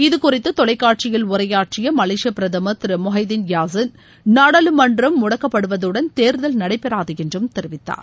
இதுகுறித்து தொலைக்காட்சியில் உரையாற்றிய மலேசிய பிரதமர் திரு மொகைதீள் யாசின் நாடாளுமன்றம் முடக்கப்படுவதுடன் தேர்தல் நடைபெறாது என்றும் தெரிவித்தார்